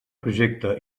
projecte